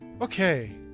Okay